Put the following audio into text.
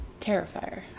Terrifier